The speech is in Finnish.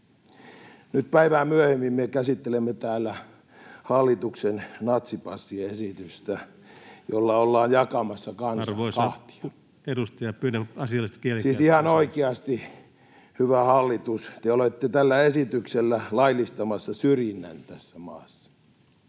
Nyt päivää myöhemmin me käsittelemme täällä hallituksen natsipassiesitystä, jolla ollaan jakamassa kansaa kahtia. Siis ihan oikeasti, hyvä hallitus, te olette tällä esityksellä laillistamassa syrjinnän tässä maassa.